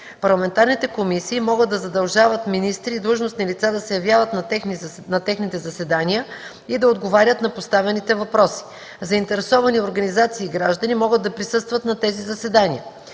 Парламентарните комисии могат да задължават министри и длъжностни лица да се явяват на техните заседания и да отговарят на поставените въпроси. Заинтересовани организации и граждани могат да присъстват на тези заседания.